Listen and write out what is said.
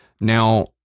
Now